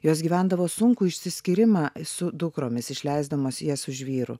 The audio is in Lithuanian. jos gyvendavo sunkų išsiskyrimą su dukromis išleisdamos jas už vyrų